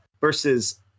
versus